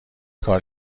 کار